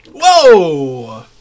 Whoa